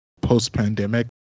post-pandemic